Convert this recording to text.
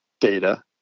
data